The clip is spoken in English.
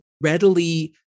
readily